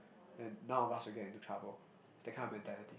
then none of us will get into trouble that kind of mentality